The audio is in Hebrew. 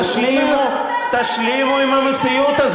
אז תגיד את זה, אז תגיד את זה.